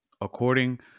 according